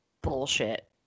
bullshit